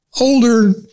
older